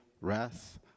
wrath